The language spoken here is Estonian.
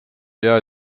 jää